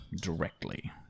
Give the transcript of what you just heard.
directly